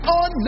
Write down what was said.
on